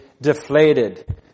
deflated